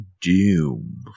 doom